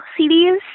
CDs